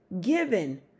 given